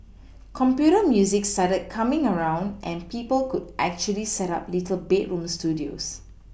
computer music started coming around and people could actually set up little bedroom studios